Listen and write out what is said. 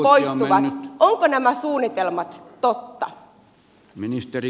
ovatko nämä suunnitelmat totta